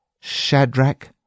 Shadrach